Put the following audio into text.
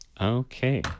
Okay